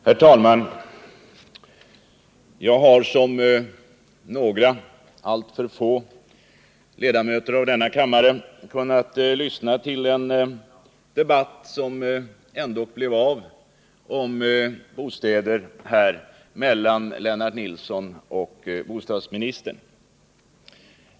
Herr talman! Jag har liksom ytterligare några — alltför få — ledamöter av denna kammare kunnat lyssna till en debatt om bostäder som ändå blev av mellan Lennart Nilssoh och bostadsministern.